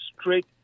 straight